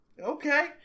okay